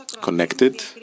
connected